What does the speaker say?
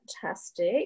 fantastic